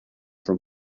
from